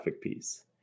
piece